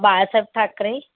Balasaheb Thackeray